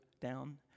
down